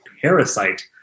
parasite